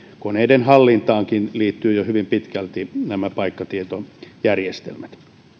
koneiden hallintaankin liittyvät jo hyvin pitkälti nämä paikkatietojärjestelmät